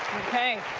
okay.